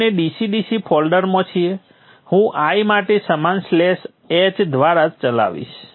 આપણે DC DC ફોલ્ડરમાં છીએ હું l માટે સમાન સ્લેશ h દ્વારા ચલાવીશ